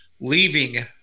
leaving